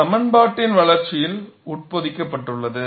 சமன்பாட்டின் வளர்ச்சியில் உட்பொதிக்கப்பட்டுள்ளது